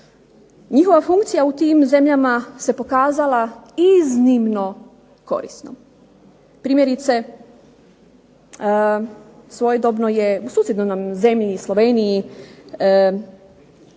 Njihova funkcija u tim zemljama se pokazala iznimno korisnom. Primjerice svojedobno je u susjednoj nam zemlji Sloveniji